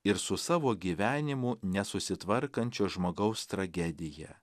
ir su savo gyvenimu nesusitvarkančio žmogaus tragedija